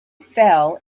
fell